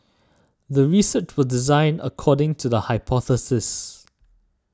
the research was designed according to the hypothesis